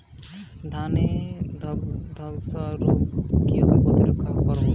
ধানে ধ্বসা রোগ কিভাবে প্রতিরোধ করব?